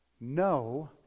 no